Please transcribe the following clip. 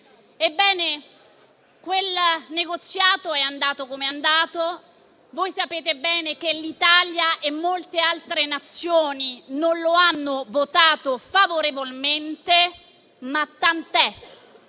Ebbene, quel negoziato è andato come è andato. Voi sapete bene che l'Italia e molte altre nazioni non hanno votato favorevolmente. Ma tant'è: